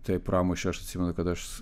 tai pramušė aš atsimenu kad aš